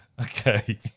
Okay